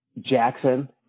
jackson